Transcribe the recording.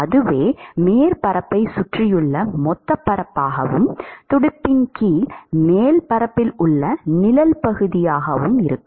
அதுவே மேற்பரப்பைச் சுற்றியுள்ள மொத்தப் பரப்பாகவும் துடுப்பின் கீழ் மேற்பரப்பில் உள்ள நிழல் பகுதியாகவும் இருக்கும்